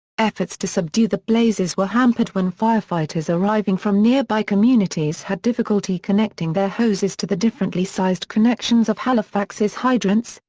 efforts to subdue the blazes were hampered when firefighters arriving from nearby communities had difficulty connecting their hoses to the differently sized connections of halifax's hydrants,